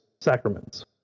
sacraments